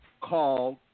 called